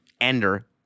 ender